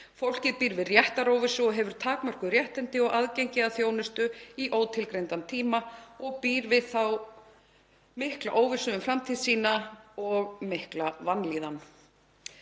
Fólkið býr við réttaróvissu og hefur takmörkuð réttindi og aðgengi að þjónustu í ótilgreindan tíma. Það býr við mikla óvissu um framtíð sína og mikla vanlíðan.